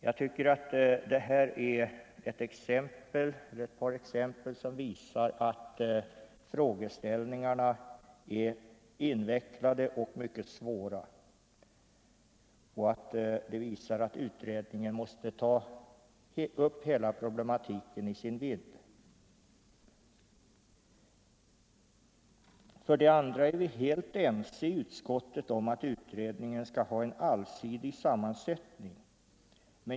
Jag tycker att det här är ett par exempel som visar att frågeställningarna är mycket svåra och invecklade och att utredningen därför måste ta upp problematiken i hela dess vidd. För det andra är vi helt ense i utskottet om att utredningen skall ha en allsidig sammansättning.